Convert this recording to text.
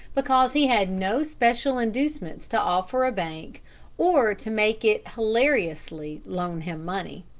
because he had no special inducements to offer a bank or to make it hilariously loan him money.